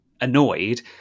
annoyed